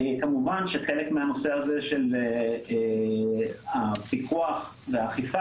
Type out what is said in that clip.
כמובן שחלק מהנושא הזה של הפיקוח והאכיפה